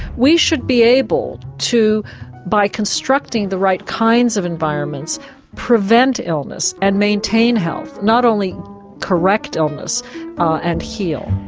we should be able to by constructing the right kinds of environments prevent illness and maintain health, not only correct illness and heal.